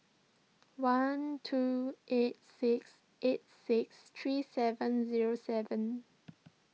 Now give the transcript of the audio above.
one two eight six eight six three seven zero seven